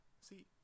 See